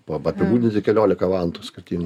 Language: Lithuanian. arba apibūdinti keliolika vantų skirtingų